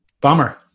Bummer